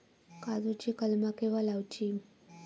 काजुची कलमा केव्हा लावची?